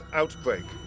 outbreak